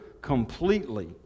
completely